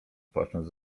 płacząc